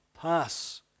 pass